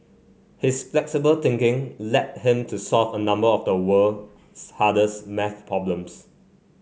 his flexible thinking led him to solve a number of the world's hardest maths problems